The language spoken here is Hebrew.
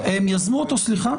הם יזמו אותו, סליחה.